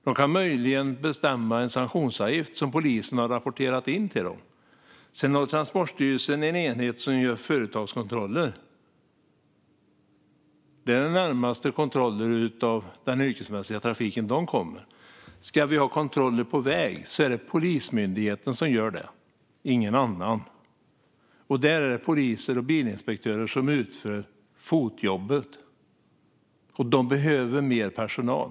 De kan möjligen bestämma en sanktionsavgift som polisen har rapporterat in till dem. Transportstyrelsen har en enhet som gör företagskontroller, och det är det närmaste de kommer en kontroll av den yrkesmässiga trafiken. Kontroller på väg är det Polismyndigheten som gör, ingen annan. Det är poliser och bilinspektörer som utför fotjobbet, och de behöver mer personal.